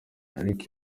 ariko